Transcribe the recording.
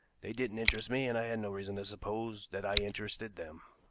they didn't interest me, and i had no reason to suppose that i interested them.